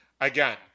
again